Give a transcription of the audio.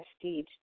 prestige